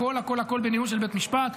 הכול הכול בניהול של בית משפט.